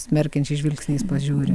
smerkiančiais žvilgsniais pažiūri